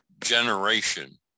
generation